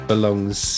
belongs